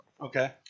Okay